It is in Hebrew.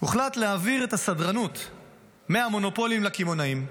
הוחלט להעביר את הסדרנות מהמונופולים לקמעונאים.